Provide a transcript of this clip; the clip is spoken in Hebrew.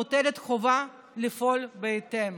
מוטלת החובה לפעול בהתאם.